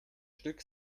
stück